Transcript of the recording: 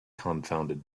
confounded